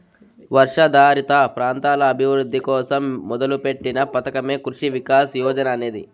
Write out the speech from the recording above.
వర్షాధారిత ప్రాంతాల అభివృద్ధి కోసం మొదలుపెట్టిన పథకమే కృషి వికాస్ యోజన అనేది